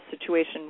situation